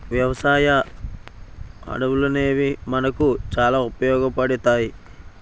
వ్యవసాయ అడవులనేవి మనకు చాలా ఉపయోగపడతాయి